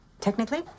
Technically